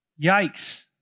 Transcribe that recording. Yikes